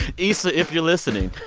issa, if you're listening,